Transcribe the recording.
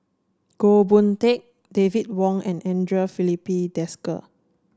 Goh Boon Teck David Wong and Andre Filipe Desker